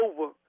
over